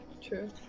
True